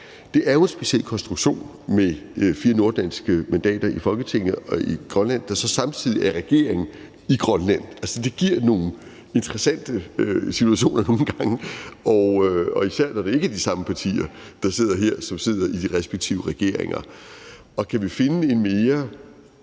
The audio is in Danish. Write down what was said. Det er jo en speciel konstruktion med fire nordatlantiske mandater i Folketinget, hvor der så samtidig er en regering i Grønland. Altså, det giver nogle interessante situationer nogle gange, og især når det ikke er de samme partier, som sidder her, som sidder i de respektive regeringer. Kan vi finde en mere,